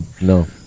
No